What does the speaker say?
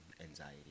anxiety